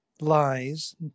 lies